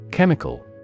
Chemical